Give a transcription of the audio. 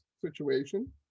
situation